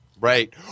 Right